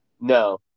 No